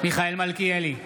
מיכאל מלכיאלי,